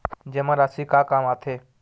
जमा राशि का काम आथे?